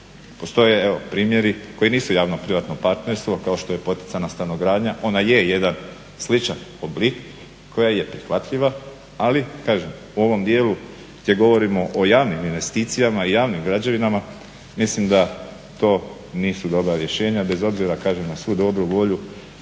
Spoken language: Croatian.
Postoje evo primjeri koji nisu javno-privatno partnerstvo kao što je poticajna stanogradnja. Ona je jedan sličan oblik, koja je prihvatljiva. Ali kažem u ovom dijelu gdje govorimo o javnim investicijama i javnim građevinama mislim da to nisu dobra rješenja bez obzira kažem na svu dobru volju